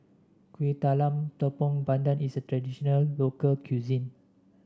Kuih Talam Tepong Pandan is a traditional local cuisine